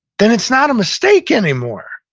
then it's not a mistake anymore,